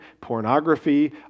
pornography